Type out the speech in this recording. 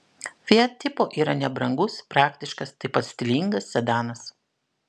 fiat tipo yra nebrangus praktiškas taip pat stilingas sedanas